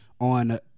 on